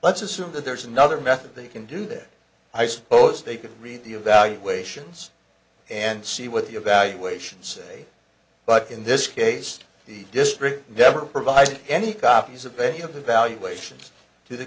let's assume that there's another method they can do that i suppose they could read the evaluations and see what the evaluations say but in this case the district never provided any copies of any of evalu